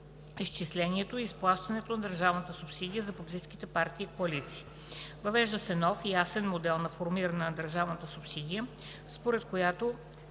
изчислението и изплащането на държавната субсидия за политическите партии и коалиции. Въвежда се нов, ясен модел за формиране на държавната субсидия, според който